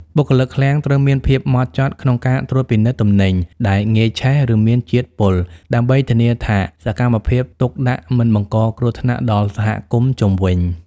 បុគ្គលិកឃ្លាំងត្រូវមានភាពហ្មត់ចត់ក្នុងការត្រួតពិនិត្យទំនិញដែលងាយឆេះ ឬមានជាតិពុល ដើម្បីធានាថាសកម្មភាពទុកដាក់មិនបង្កគ្រោះថ្នាក់ដល់សហគមន៍ជុំវិញ។